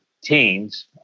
teens